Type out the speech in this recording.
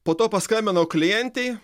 po to paskambinau klientei